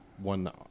one